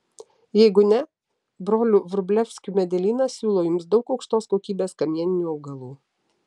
jeigu ne brolių vrublevskių medelynas siūlo jums daug aukštos kokybės kamieninių augalų